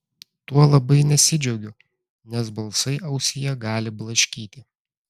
tuo labai nesidžiaugiu nes balsai ausyje gali blaškyti